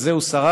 את זה הוא שרד,